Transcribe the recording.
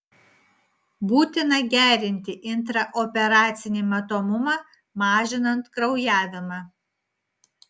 būtina gerinti intraoperacinį matomumą mažinant kraujavimą